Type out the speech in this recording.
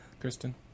Kristen